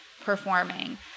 performing